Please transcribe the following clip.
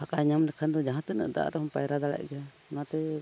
ᱯᱷᱟᱠᱟᱭ ᱧᱟᱢ ᱞᱮᱠᱷᱟᱱ ᱫᱚ ᱡᱟᱦᱟᱛᱤᱱᱟᱹᱜ ᱫᱟᱜ ᱨᱮᱦᱚᱸᱢ ᱯᱟᱭᱨᱟ ᱫᱟᱲᱮᱭᱟᱜ ᱜᱮᱭᱟ ᱚᱱᱟᱛᱮ